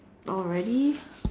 already